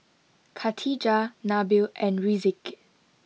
Khatijah Nabil and Rizqi